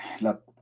look